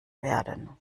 werden